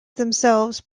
themselves